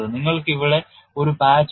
നിങ്ങൾക്ക് ഇവിടെ ഒരു പാച്ച് ഉണ്ട്